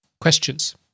Questions